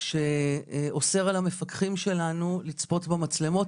שאוסר על המפקחים שלנו לצפות במצלמות,